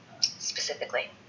specifically